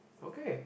okay